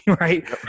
Right